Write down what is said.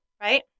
right